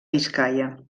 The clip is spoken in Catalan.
biscaia